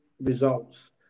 results